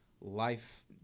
life